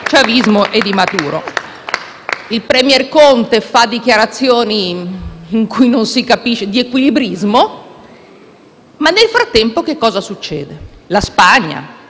Il *premier* Conte fa dichiarazioni di equilibrismo, ma nel frattempo che cosa succede? Spagna,